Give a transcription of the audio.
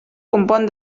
compon